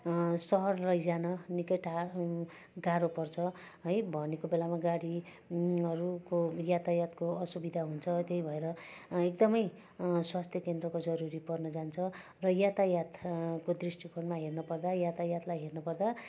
सहर लैजान निकै टाढा गाह्रो पर्छ है भनेको बेलामा गाडी हरूको यातायातको असुविधा हुन्छ त्यही भएर एकदमै स्वास्थ्य केन्द्रको जरुरी पर्न जान्छ र यातायात को दृष्टिकोणमा हेर्नपर्दा यातायातलाई हेर्नपर्दा